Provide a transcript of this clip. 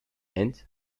and